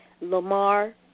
Lamar